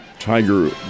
Tiger